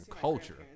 culture